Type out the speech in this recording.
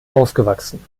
aufgewachsen